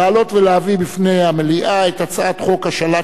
לעלות ולהביא בפני המליאה את הצעת חוק השאלת